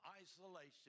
isolation